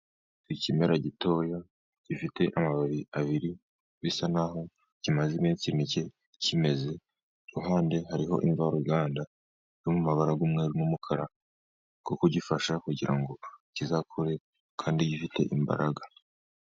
Ikimera gitoya gifite amababi abiri ,bisa n'aho kimaze iminsi mike kimeze ,iruhande hariho imvaruganda y'amabara y'umweru n'umukara ku bwo kugifasha kugira ngo kizakure kandi gifite imbaraga.